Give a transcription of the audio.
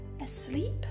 asleep